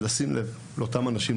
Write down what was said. זה לשים לב לאותם אנשים.